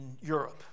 Europe